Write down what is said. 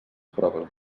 proves